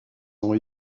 ont